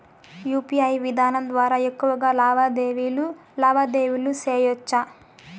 UPI విధానం ద్వారా ఎక్కువగా లావాదేవీలు లావాదేవీలు సేయొచ్చా?